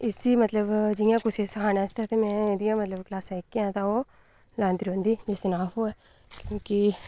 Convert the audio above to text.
इस्सी मतलब जि'यां कुसै गी सिक्खाने आस्तै ते में एह्दियां मतलब क्लासां जेह्कियां हैन ते ओह् लैंदी रौंह्दी जे सिक्खना होऐ कि